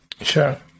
Sure